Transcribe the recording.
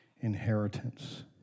inheritance